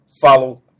follow